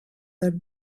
that